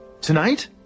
Tonight